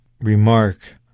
remark